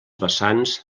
vessants